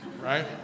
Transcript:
right